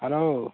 hello